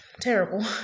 terrible